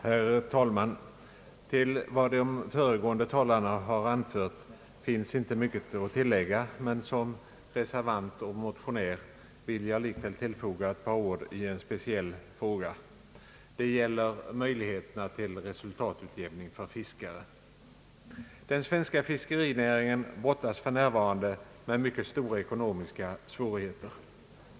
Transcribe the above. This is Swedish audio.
Herr talman! Till vad de föregående talarna har anfört finns inte mycket att tillägga. Som reservant och motionär vill jag likväl tillfoga några ord i en speciell fråga. Det gäller möjligheterna till resultatutjämning för fiskare. Den svenska fiskerinäringen brottas f.n. med mycket stora ekonomiska svårigheter.